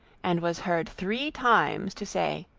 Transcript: and was heard three times to say,